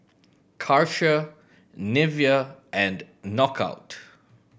Karcher Nivea and Knockout